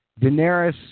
Daenerys